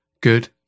good